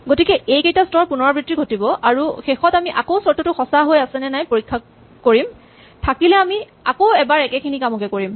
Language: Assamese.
গতিকে এইকেইটা স্তৰৰ পুণৰাবৃত্তি ঘটিব আৰু শেষত আমি আকৌ চৰ্তটো সঁচা হয় আছে নাই পৰীক্ষা কৰিম থাকিলে আমি আৰু এবাৰ একেখিনি কামকে কৰিম